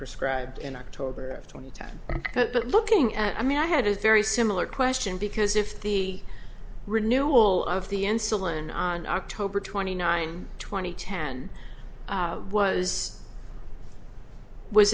prescribed in october of twenty ten but looking at i mean i had a very similar question because if the renewal of the insulin on october twenty nine twenty ten was was